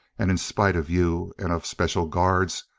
and in spite of you and of special guards,